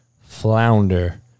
flounder